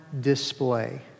display